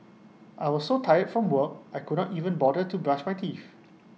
I was so tired from work I could not even bother to brush my teeth